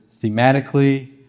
thematically